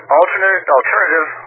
alternative